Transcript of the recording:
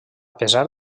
pesar